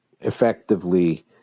effectively